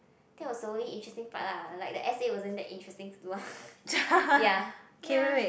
that was the only interesting part lah like the essay wasn't that interesting too ah ya ya